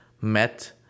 met